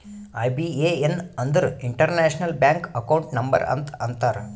IBAN ಅಂದುರ್ international bank account number ಅಂತ ಅಂತಾರ್